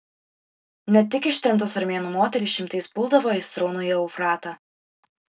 ne tik ištremtos armėnų moterys šimtais puldavo į sraunųjį eufratą